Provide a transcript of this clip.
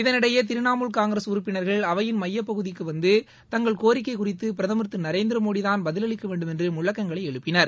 இதனிடையே திரிணாமுல் காங்கிரஸ் உறுப்பினர்கள் அவையின் மையப்பகுதிக்கு வந்து தங்கள் கோரிக்கை குறித்து பிரதமர் திரு நரேந்திரமோடிதான் பதில் அளிக்கவேண்டும் என்று முழக்கங்களை எழுப்பினர்